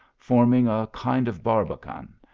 forming a kind of barbican,